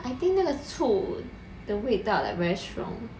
I think 那个醋的味道 like very strong